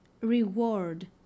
reward